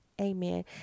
Amen